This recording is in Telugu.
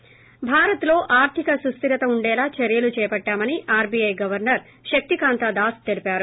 ి భారత్ లో ఆర్థిక సుస్ధితర ఉండేలా చర్యలు చేపట్లామని ఆర్పీఐ గరవ్నర్ శక్తికాంత దాస్ తెలిపారు